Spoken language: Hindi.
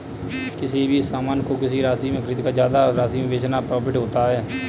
किसी भी सामान को किसी राशि में खरीदकर ज्यादा राशि में बेचना प्रॉफिट होता है